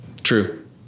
True